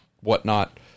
whatnot